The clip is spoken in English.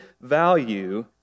value